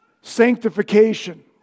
Sanctification